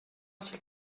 s’il